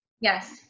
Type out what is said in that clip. Yes